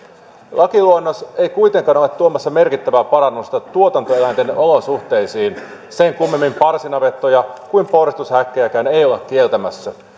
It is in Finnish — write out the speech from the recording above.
lakiluonnos ei kuitenkaan ole tuomassa merkittävää parannusta tuotantoeläinten olosuhteisiin sen kummemmin parsinavettoja kuin porsitushäkkejäkään ei olla kieltämässä